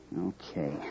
Okay